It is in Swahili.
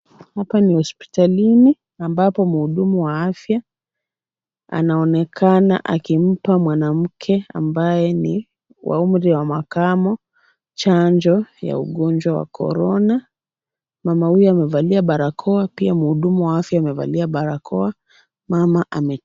Hapa ni hospitalini ambapo mhudumu wa afya anaonekana akimpa mwanamke ambaye ni wa umri wa makamo chanjo ya ugonjwa wa korona. Mama huyo amevalia barakoa pia mhudumu wa afya amevalia barakoa. Mama ame.